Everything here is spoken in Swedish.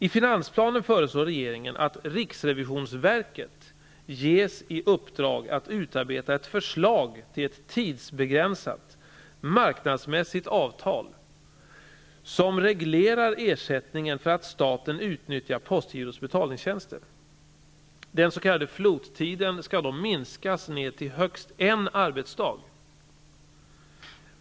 I finansplanen föreslår regeringen att riksrevisionsverket ges i uppdrag att utarbeta ett förslag till ett tidsbegränsat, marknadsmässigt avtal, som reglerar ersättningen för att staten utnyttjar postgirots betalningstjänster. Den s.k. floattiden skall då minskas ned till högst en arbetsdag.